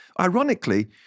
Ironically